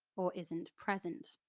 or isn't present.